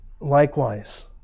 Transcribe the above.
Likewise